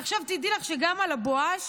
עכשיו, תדעי לך שגם על הבואש